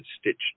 stitched